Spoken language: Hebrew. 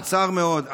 קצר מאוד.